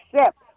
accept